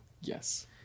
Yes